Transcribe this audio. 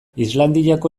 islandiako